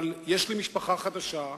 אבל יש לי משפחה חדשה,